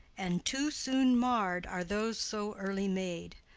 and too soon marr'd are those so early made.